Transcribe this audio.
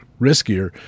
riskier